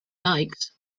likes